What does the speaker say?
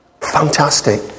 Fantastic